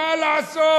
"מה לעשות?